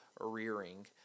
rearing